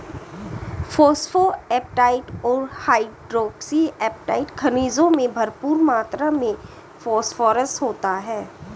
phosphoapatite और hydroxyapatite खनिजों में भरपूर मात्र में फोस्फोरस होता है